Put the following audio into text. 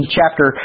chapter